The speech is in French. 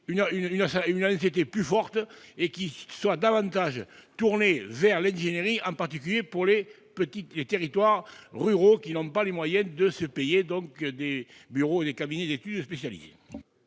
une a ça il été plus forte et qui soit davantage tournée vers les, en particulier pour les petites, les territoires ruraux qui n'ont pas les moyens de se payer donc des bureaux et les cabinets d'études spécialisés.